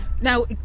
Now